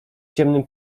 ciemnym